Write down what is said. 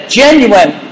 genuine